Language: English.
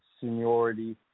seniority